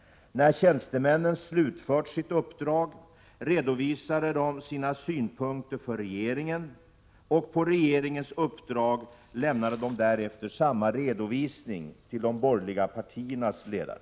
När tjänstemännen slutfört sitt uppdrag redovisade de sina synpunkter för regeringen, och på regeringens uppdrag lämnade de därefter samma redovisning till de borgerliga partiernas ledare.